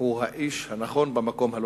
הוא האיש הנכון במקום הלא-נכון.